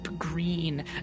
Green